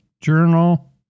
Journal